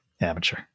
Amateur